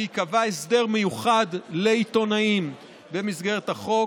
ייקבע הסדר מיוחד לעיתונאים במסגרת החוק,